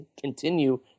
continue